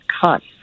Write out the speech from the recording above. cuts